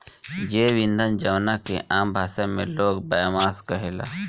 जैव ईंधन जवना के आम भाषा में लोग बायोमास कहेला